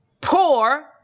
poor